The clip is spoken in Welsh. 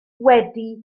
wedi